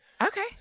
okay